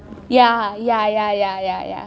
ya ya ya ya ya ya